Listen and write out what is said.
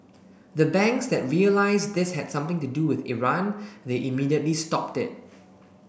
the banks that realised this had something to do with Iran they immediately stopped it